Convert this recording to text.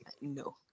no